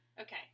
Okay